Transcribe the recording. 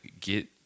get